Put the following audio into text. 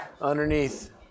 underneath